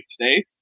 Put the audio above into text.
today